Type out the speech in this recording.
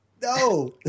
No